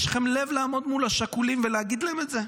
יש לכם לב לעמוד מול השכולים ולהגיד להם את זה?